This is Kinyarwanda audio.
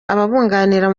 ababunganira